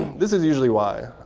this is usually why.